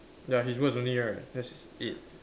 ya his words only right that's it